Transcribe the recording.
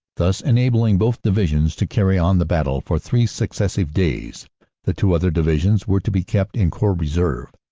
thus enabling both divisions to carryon the battle for three successive days the two other divisions were to be kept in corps reserve,